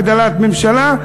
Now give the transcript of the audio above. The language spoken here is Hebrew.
הגדלת ממשלה,